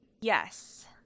Yes